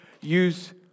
use